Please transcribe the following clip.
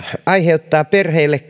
aiheuttaa perheelle